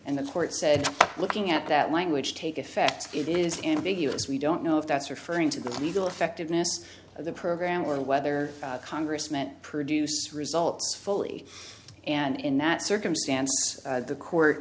and the court said looking at that language take effect it is ambiguous we don't know if that's referring to the legal effectiveness of the program or whether congress meant produce results fully and in that circumstance the court